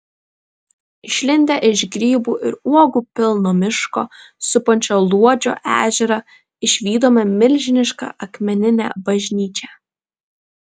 išlindę iš grybų ir uogų pilno miško supančio luodžio ežerą išvydome milžinišką akmeninę bažnyčią